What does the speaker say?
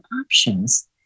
options